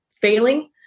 failing